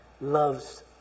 loves